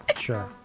sure